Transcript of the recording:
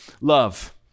love